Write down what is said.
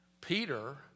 Peter